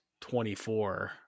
24